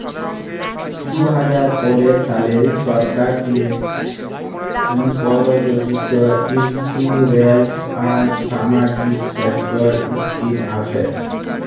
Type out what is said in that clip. দু হাজার পলের সালে সরকার দিঁয়ে পরযোজিত ইলসুরেলস আর সামাজিক সেক্টর ইস্কিম আসে